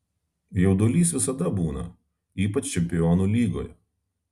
jaudulys visada būna ypač čempionų lygoje